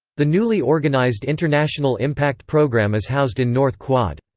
the newly organized international impact program is housed in north quad.